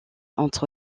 entre